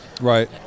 right